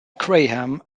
graham